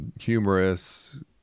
humorous